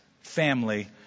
family